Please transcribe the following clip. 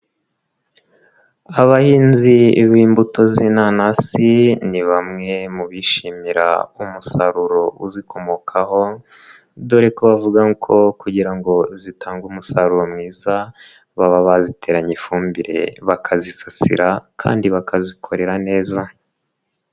Abahinzi b'imbuto z'inanasi ni bamwe mu bishimira umusaruro uzikomokaho dore ko bavuga ko kugira ngo zitange umusaruro mwiza baba baziteranye ifumbire, bakazisasira kandi bakazikorera neza.